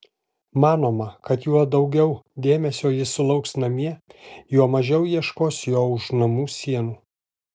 manoma kad juo daugiau dėmesio jis sulauks namie juo mažiau ieškos jo už namų sienų